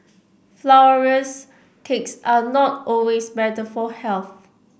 flourless cakes are not always better for health